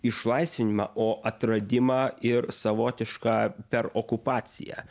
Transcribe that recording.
išlaisvinimą o atradimą ir savotišką perokupaciją